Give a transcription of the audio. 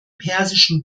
persischen